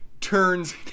Turns